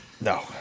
No